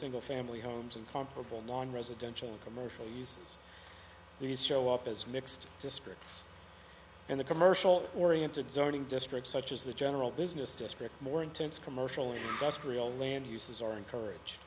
single family homes and comparable non residential commercial uses these show up as mixed districts and the commercial oriented zoning districts such as the general business district more intense commercial industrial land uses are encourage